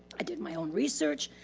i did my own research.